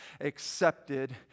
accepted